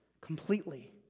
completely